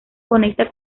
conecta